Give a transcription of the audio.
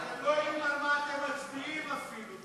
אתם לא יודעים על מה אתם מצביעים אפילו.